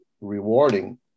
rewarding